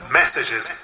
messages